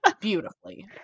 beautifully